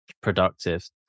productive